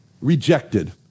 rejected